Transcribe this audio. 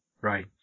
right